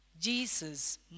Jesus